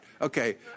Okay